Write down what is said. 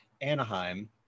Anaheim